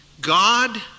God